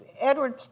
Edward